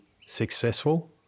successful